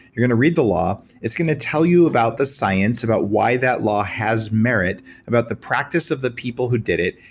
you're going to read the law, it's going to tell you about the science about why that law has merit about the practice of the people who did it,